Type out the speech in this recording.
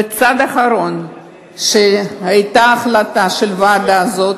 בצעד האחרון היתה החלטה של הוועדה הזאת